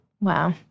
Wow